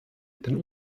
denn